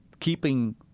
keeping